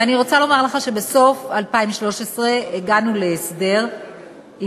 ואני רוצה לומר לך שבסוף 2013 הגענו להסדר עם